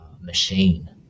machine